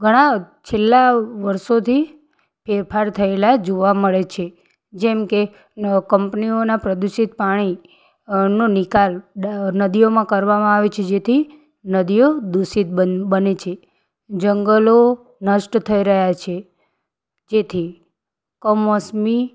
ઘણા છેલ્લા વર્ષોથી ફેરફાર થયેલા જોવા મળે છે જેમકે કંપનીઓના પ્રદૂષિત પાણી નો નિકાલ નદીઓમાં કરવામાં આવે છે જેથી નદીઓ દૂષિત બને છે જંગલો નષ્ટ થઈ રહ્યાં છે જેથી કમોસમી